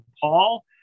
Paul